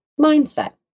mindset